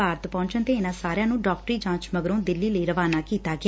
ਭਾਰਤੀ ਪਹੁੰਚਣ ਤੇ ਤਿਨ੍ਨਾਂ ਸਾਰਿਆਂ ਨੂੰ ਡਾਕਟਰੀ ਜਾਂਚ ਮਗਰੋ ਦਿੱਲੀ ਲਈ ਰਵਾਨਾ ਕੀਤਾ ਗਿਆ